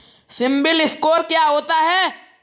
CIBIL score क्या होता है?